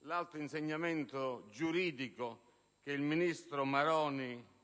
l'alto insegnamento giuridico del ministro Maroni,